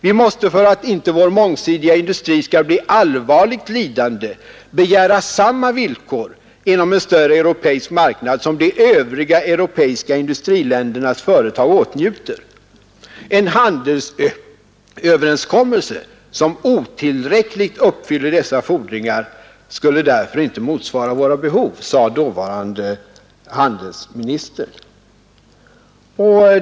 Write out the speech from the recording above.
Vi måste, för att inte vår mångsidiga industri skall bli allvarligt lidande, begära samma villkor inom en större europeisk marknad som de övriga europeiska industriländernas företag åtnjuter. En handelsöverenskommelse som otillräckligt uppfyller dessa fordringar skulle därför inte motsvara våra behov, sade dåvarande handelsministern.